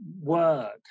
work